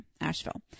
Asheville